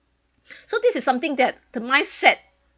so this is something that the mindset